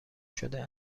شده